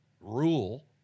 rule